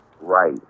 right